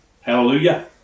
Hallelujah